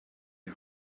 die